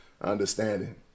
understanding